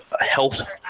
health